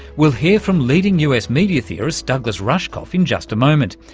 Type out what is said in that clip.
we'll hear from leading us media theorist douglas rushkoff in just a moment.